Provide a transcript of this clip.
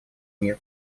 мир